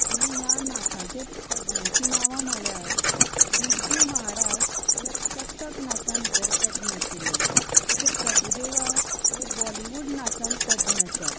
आनी ह्या नाचाच्या तज्ञाचीं नांवां म्हळ्यार बिरजू महाराज ह्या कथक नाचां भितर तज्ञ आशिल्लें तशें प्रभुदवा हे बॉलिवूड नाचान तज्ञ आसात